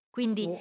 Quindi